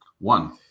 One